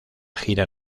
gira